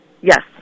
Yes